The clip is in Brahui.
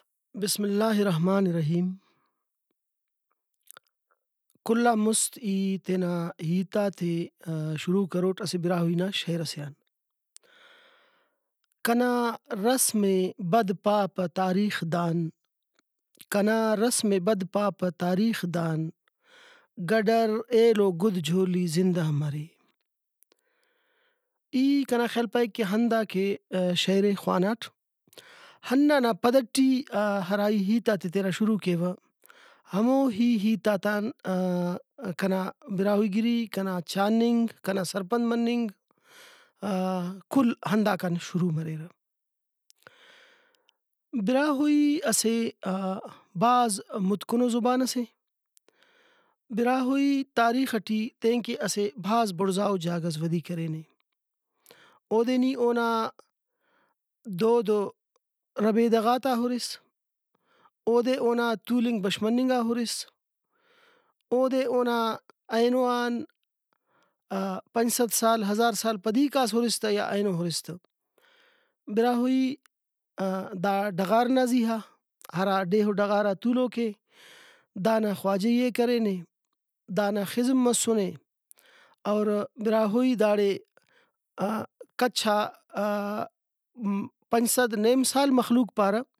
بسم اللہ الرحمن الرحیم کل آن مُست ای تینا ہیتاتے شروع کروٹ اسہ براہوئی نا شیئر سے آن کنا رسمے بد پاپہ تاریخدان کنا رسمے بد پاپہ تاریخدان گڈر ایلو گُد جولی زندہ مرے ای کنا خیال پائک کہ ہنداکہ شیئرے خواناٹ ہندانا پدٹی ہرا ای ہیتاتے تینا شروع کیوہ ہموہی ہیتاتان کنا براہوئی گری کنا چاننگ کنا سرپند مننگ کل ہنداکان شروع مریرہ۔ براہوئی اسہ بھاز مُتکنو زبانسے براہوئی تاریخ ٹی تینکہ اسہ بھاز بڑزاؤ جاگہس ودی کرینے۔ اودے نی اونا دودؤ ربیدہ غاتا ہُرس اودے اونا تولنگ بش مننگا ہُرس اودے اونا اینو آن پنچ صد سال ہزار سال پدی کاس ہُرس تہ یا اینو ہُرس تہ براہوئی دا ڈغار نا زیہا ہرا ڈیہہ ؤ ڈغا تولوکے دانا خواجہی ئے کرینے دانا خزم مسنے اور براہوئی داڑے کچا پنچ صد نیم سال مخلوق پارہ